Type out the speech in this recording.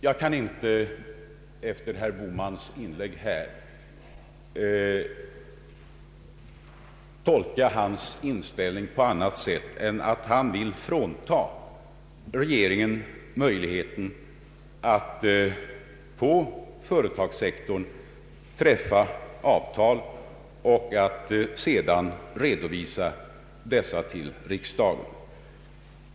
Jag kan inte efter herr Bohmans inlägg här tolka hans inställning på annat sätt än att han vill frånta regeringen möjligheten att på företagssektorn träffa avtal och sedan redovisa dessa till riksdagen.